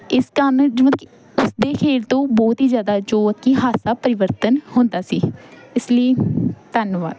ਇਸ ਕਾਰਨ ਮਤਲਬ ਕਿ ਉਸਦੇ ਖੇਡ ਤੋਂ ਬਹੁਤ ਹੀ ਜ਼ਿਆਦਾ ਜੋ ਕਿ ਹਾਸਾ ਪਰਿਵਰਤਨ ਹੁੰਦਾ ਸੀ ਇਸ ਲਈ ਧੰਨਵਾਦ